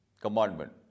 commandment